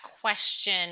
question